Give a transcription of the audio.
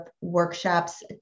workshops